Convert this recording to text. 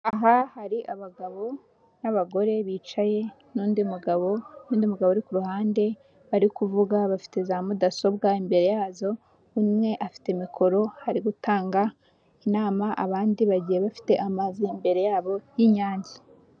aha hari abagabo n'abagore bicaye n'undi mugabo n'undi mugabo uri ku ruhande bari kuvuga bafite za mudasobwa. Imbere yazo umwe afite mikoro ari gutanga inama abandi bagiye bafite amazi imbere yabo y'inyange.